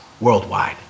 worldwide